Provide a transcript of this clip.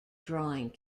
drawing